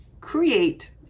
create